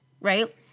Right